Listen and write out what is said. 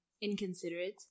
inconsiderate